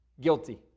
guilty